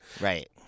right